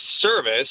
service